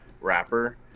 wrapper